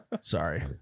Sorry